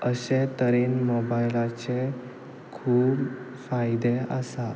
अशें तरेन मोबायलाचे खूब फायदे आसात